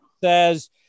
says